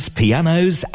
pianos